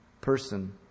person